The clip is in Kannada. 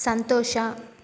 ಸಂತೋಷ